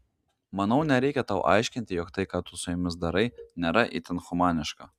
manau nereikia tau aiškinti jog tai ką tu su jomis darai nėra itin humaniška